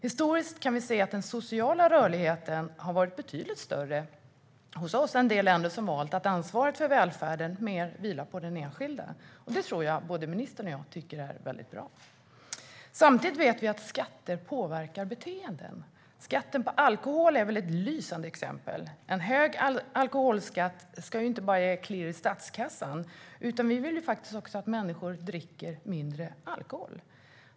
Historiskt kan vi se att den sociala rörligheten har varit betydligt större hos oss än i de länder som har valt att ansvaret för välfärden mer vilar på den enskilde. Det tror jag att både ministern och jag tycker är väldigt bra. Samtidigt vet vi att skatter påverkar beteenden. Skatten på alkohol är ett lysande exempel. En hög alkoholskatt ska inte bara ge klirr i statskassan, utan vi vill också att människor ska dricka mindre alkohol.